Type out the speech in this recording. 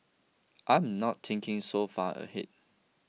I'm not thinking so far ahead